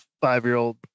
five-year-old